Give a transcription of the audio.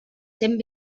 cent